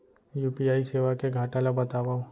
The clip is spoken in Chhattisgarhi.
यू.पी.आई सेवा के घाटा ल बतावव?